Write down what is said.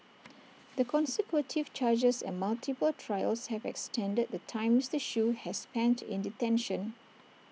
the consecutive charges and multiple trials have extended the time Mister Shoo has spent in detention